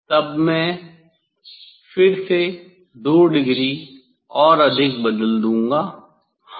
तब मैं फिर से 2 डिग्री और अधिक बदल दूंगा हाँ